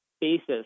basis